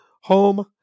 home